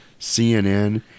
cnn